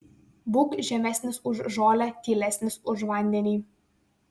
būk žemesnis už žolę tylesnis už vandenį